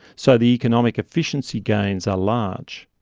so the economic efficiency gains are large.